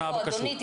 מציאות